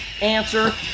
answer